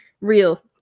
Real